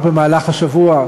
או במהלך השבוע,